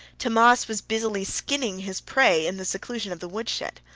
tammas was busily skinning his prey in the seclusion of the woodshed.